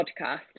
podcast